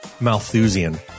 Malthusian